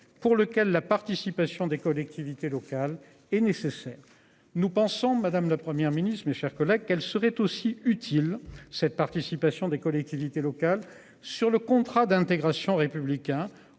pour lequel la participation des collectivités locales et nécessaire, nous pensons, madame, la Première ministre, mes chers collègues, quelle serait aussi utile. Cette participation des collectivités locales sur le contrat d'intégration républicain